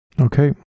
Okay